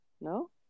No